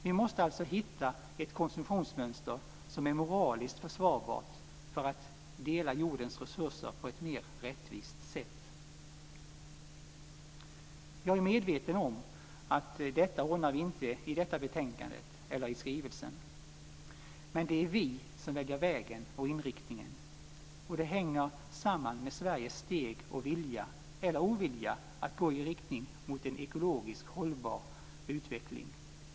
Vi måste alltså hitta ett konsumtionsmönster som är moraliskt försvarbart för att dela jordens resurser på ett mer rättvist sätt. Jag är medveten om att vi inte ordnar detta med hjälp av det här betänkandet eller den här skrivelsen, men det är vi som väljer vägen och inriktningen. Det hänger samman med Sveriges steg och vilja, eller ovilja, att gå i riktning mot en ekologiskt hållbar utveckling.